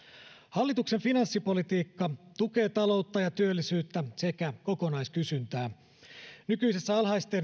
hallituksen finanssipolitiikka tukee taloutta ja työllisyyttä sekä kokonaiskysyntää nykyisessä alhaisten